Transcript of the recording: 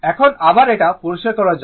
এখন আবার এটা পরিষ্কার করা যাক